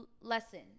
lesson